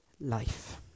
life